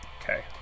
Okay